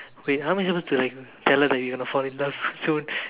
wait how I supposed to like tell her that you're going to fall in love soon